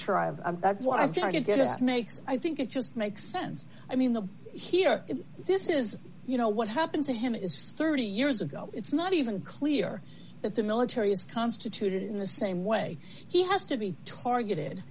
have what i'm trying to get at makes i think it just makes sense i mean the here is this is you know what happened to him is thirty years ago it's not even clear that the military is constituted in the same way he has to be targeted